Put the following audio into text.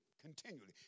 continually